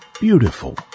beautiful